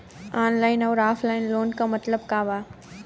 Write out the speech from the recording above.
Online अउर offline loan क मतलब का बा?